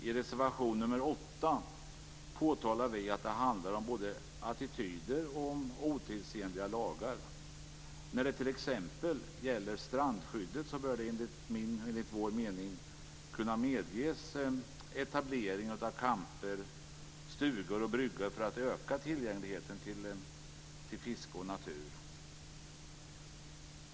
I reservation 8 påtalar vi att det handlar om både attityder och om otidsenliga lagar. När det t.ex. gäller strandskyddet bör det enligt vår mening kunna medges en etablering av camping, stugor och bryggor för att öka tillgängligheten till fiske och natur.